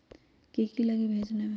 की की लगी भेजने में?